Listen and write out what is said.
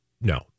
No